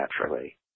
naturally